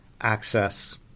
access